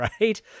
Right